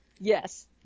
Yes